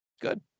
Good